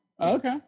okay